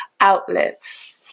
outlets